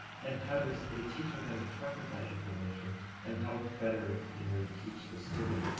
and how does the teacher, then, interpret that information and help better you know teach the student?